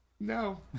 No